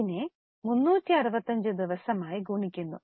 അതിനെ 365 ദിവസം ആയി ഗുണിക്കുന്നു